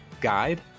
guide